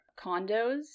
condos